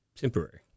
temporary